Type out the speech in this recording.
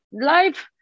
life